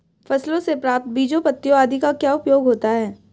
फसलों से प्राप्त बीजों पत्तियों आदि का क्या उपयोग होता है?